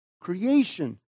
Creation